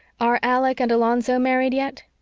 are alec and alonzo married yet?